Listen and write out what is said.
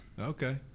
Okay